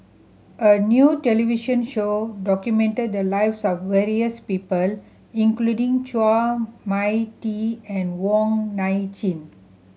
a new television show documented the lives of various people including Chua Mia Tee and Wong Nai Chin